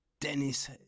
Dennis